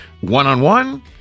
One-on-one